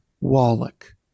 Wallach